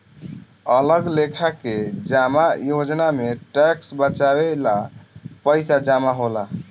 अलग लेखा के जमा योजना में टैक्स बचावे ला पईसा जमा होला